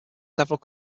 several